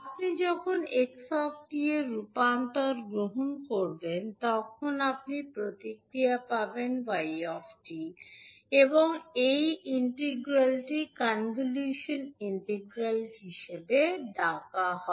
আপনি যখন 𝑥 𝑡 এর রূপান্তর গ্রহণ করবেন তখন আপনি প্রতিক্রিয়া পাবেন 𝑦 𝑡 এবং এই ইন্টিগ্রালটিকে কনভলিউশন ইন্টিগ্রাল হিসাবে ডাকা হয়